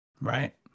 Right